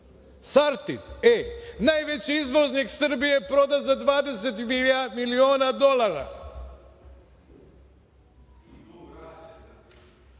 e najveći izvoznik Srbije prodat za 20 miliona dolara